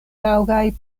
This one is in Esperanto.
taŭgaj